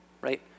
right